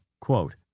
quote